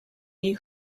new